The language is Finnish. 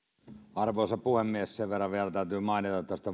arvoisa puhemies sen verran vielä täytyy mainita tästä